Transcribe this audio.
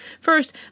First